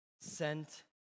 sent